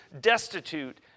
destitute